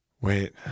Wait